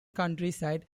countryside